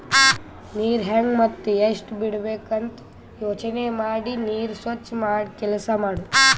ನೀರ್ ಹೆಂಗ್ ಮತ್ತ್ ಎಷ್ಟ್ ಬಿಡಬೇಕ್ ಅಂತ ಯೋಚನೆ ಮಾಡಿ ನೀರ್ ಸ್ವಚ್ ಮಾಡಿ ಕೆಲಸ್ ಮಾಡದು